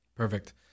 Perfect